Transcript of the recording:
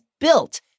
built